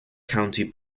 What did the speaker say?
county